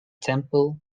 temple